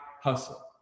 hustle